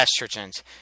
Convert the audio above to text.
estrogens